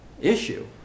issue